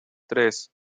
tres